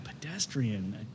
pedestrian